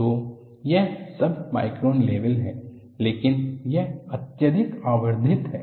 तो यह submicron level है लेकिन यह अत्यधिक आवर्धित है